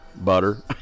Butter